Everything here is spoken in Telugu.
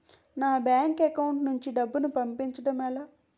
నా బ్యాంక్ అకౌంట్ నుంచి డబ్బును పంపించడం ఎలా?